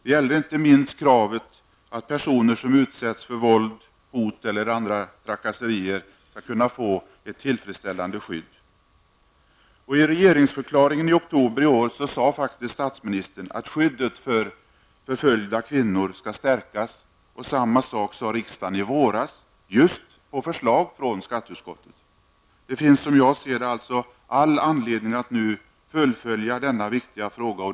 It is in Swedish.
Det gäller inte minst kravet att personer som utsätts för våld, hot eller trakasserier skall kunna få ett tillfredsställande skydd. I regeringsförklaringen i oktober i år sade statsministern att skyddet för förföljda kvinnor skall stärkas, och samma sak sade riksdagen i våras, just på förslag från SkU. Det finns, som jag ser det, alltså all anledning att nu åter fullfölja denna viktiga fråga.